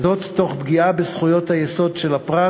זאת תוך פגיעה בזכויות היסוד של הפרט